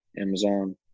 Amazon